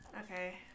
Okay